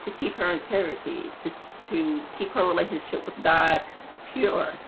to keep her integrity just to keep her relationship with god pure